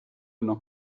noch